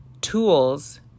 tools